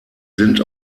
sind